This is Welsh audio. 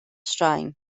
straen